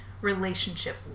relationship